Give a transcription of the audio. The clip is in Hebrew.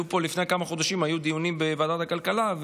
לפני כמה חודשים היו דיונים בוועדת הכלכלה,